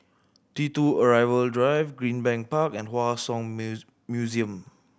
T Two Arrival Drive Greenbank Park and Hua Song Museum